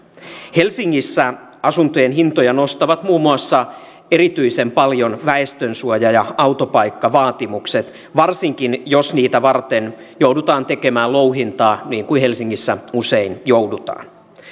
helsingissä asuntojen hintoja nostavat muun muassa erityisen paljon väestönsuoja ja autopaikkavaatimukset varsinkin jos niitä varten joudutaan tekemään louhintaa niin kuin helsingissä usein joudutaan